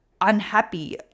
unhappy